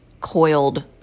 coiled